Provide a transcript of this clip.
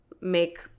make